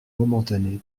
momentané